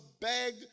beg